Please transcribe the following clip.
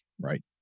Right